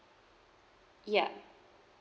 ya